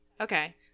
Okay